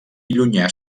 llunyà